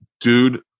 Dude